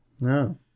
No